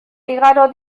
igaro